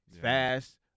fast